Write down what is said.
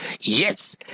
Yes